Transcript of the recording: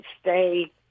stay